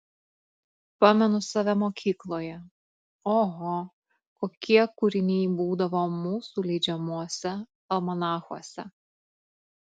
pamenu save mokykloje oho kokie kūriniai būdavo mūsų leidžiamuose almanachuose